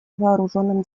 вооруженным